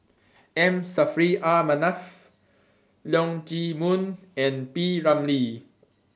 M Saffri A Manaf Leong Chee Mun and P Ramlee